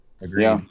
agree